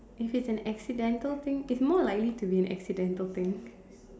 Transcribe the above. if it is an accidental thing it's more likely to be an accidental thing